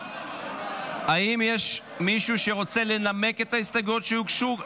האם יש מישהו שרוצה לנמק את ההסתייגויות שהוגשו?